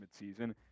midseason